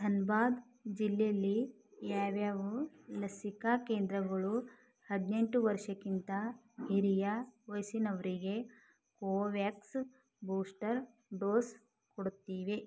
ಧನ್ಬಾದ್ ಜಿಲ್ಲೆಯಲ್ಲಿ ಯಾವ್ಯಾವು ಲಸಿಕಾ ಕೇಂದ್ರಗಳು ಹದಿನೆಂಟು ವರ್ಷಕ್ಕಿಂತ ಹಿರಿಯ ವಯಸ್ಸಿನವರಿಗೆ ಕೊವ್ಯಾಕ್ಸ್ ಬೂಸ್ಟರ್ ಡೋಸ್ ಕೊಡ್ತಿವೆ